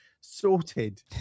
sorted